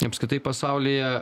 apskritai pasaulyje